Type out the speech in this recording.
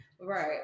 Right